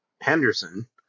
Henderson